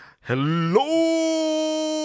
hello